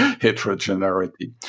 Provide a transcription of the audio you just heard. heterogeneity